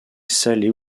salé